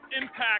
impact